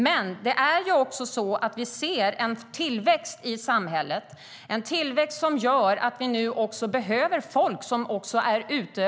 Men, vi ser också en tillväxt i samhället. Det innebär att vi nu också behöver folk som kan arbeta.